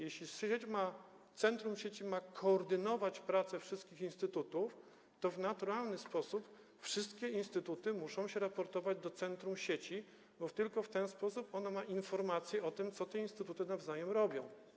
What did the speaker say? Jeśli centrum sieci ma koordynować prace wszystkich instytutów, to w naturalny sposób wszystkie instytuty muszą raportować do centrum sieci, bo tylko w ten sposób ma ono informację o tym, co te instytuty robią.